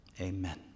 amen